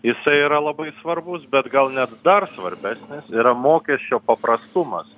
jisai yra labai svarbus bet gal net dar svarbesnis yra mokesčio paprastumas